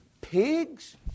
pigs